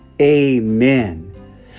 Amen